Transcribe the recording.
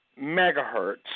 megahertz